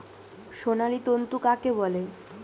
সোনালী তন্তু কাকে বলে?